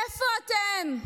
איפה אתם?